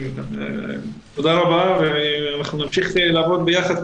תודה רבה ואנחנו נמשיך לעבוד ביחד,